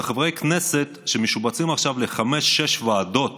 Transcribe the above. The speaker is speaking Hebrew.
חברי כנסת שמשובצים עכשיו לחמש-שש ועדות